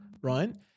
right